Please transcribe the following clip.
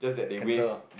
cancel ah